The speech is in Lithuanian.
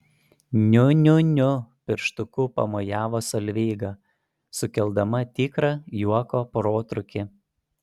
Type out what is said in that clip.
niu niu niu pirštuku pamojavo solveiga sukeldama tikrą juoko protrūkį